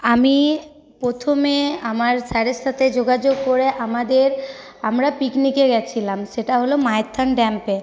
আমি প্রথমে আমার স্যারের সাথে যোগাযোগ করে আমাদের আমরা পিকনিকে গিয়েছিলাম সেটা হল মায়থন ড্যামে